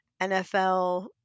NFL